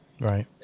right